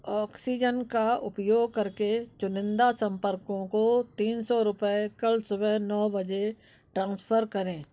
oxygen का उपयोग करके चुनिंदा सम्पर्कों को तीन सौ रुपये कल सुबह नौ बजे ट्रांसफ़र करें